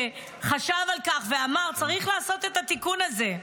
שחשב על כך ואמר: צריך לעשות את התיקון הזה.